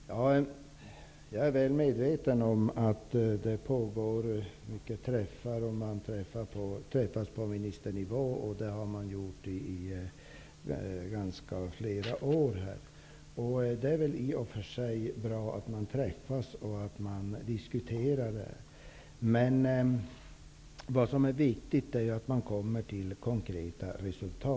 Herr talman! Jag är väl medveten om att det äger rum många möten och att man träffas på ministernivå. Det har man gjort i flera år. Det är väl i och för sig bra att man träffas och diskuterar detta. Men det är viktigt att man kommer till konkreta resultat.